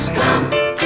come